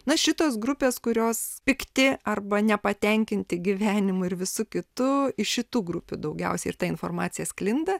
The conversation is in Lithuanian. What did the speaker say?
na šitos grupės kurios pikti arba nepatenkinti gyvenimu ir visu kitu iš šitų grupių daugiausiai ir ta informacija sklinda